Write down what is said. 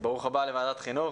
ברוך הבא לוועדת חינוך,